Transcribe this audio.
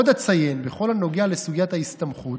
עוד אציין, בכל הנוגע לסוגיית ההסתמכות,